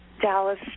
Dallas